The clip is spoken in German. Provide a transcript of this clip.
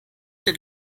den